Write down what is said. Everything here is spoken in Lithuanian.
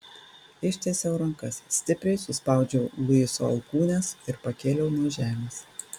ištiesiau rankas stipriai suspaudžiau luiso alkūnes ir pakėliau nuo žemės